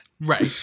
Right